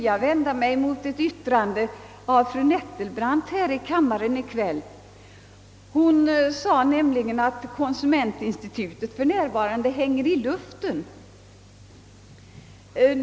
jag vända mig mot ett yttrande av fru Nettelbrandt här i kammaren i kväll. Hon sade nämligen att konsumentinstitutet för närvarande hänger i luften.